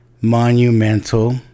monumental